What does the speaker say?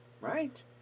Right